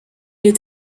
est